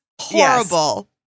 horrible